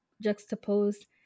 juxtaposed